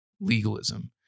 legalism